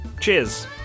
Cheers